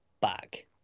back